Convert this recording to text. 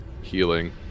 Healing